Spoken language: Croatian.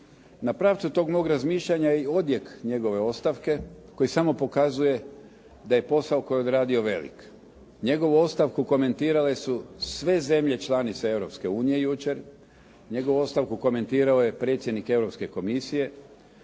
Na pravcu tog mog razmišljanja je i odjek njegove ostavke koji samo pokazuje sa je posao kojeg je radio velik. Njegovu ostavku komentirale su sve zemlje članice Europske unije jučer. Njegovu ostavku komentirao je predsjednik Europske